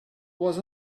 was